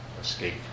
escape